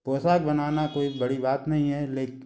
पोशाक बनाना कोई बड़ी बात नहीं है ले